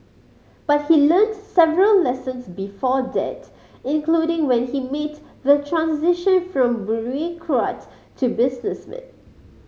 but he learnt several lessons before that including when he made the transition from bureaucrat to businessman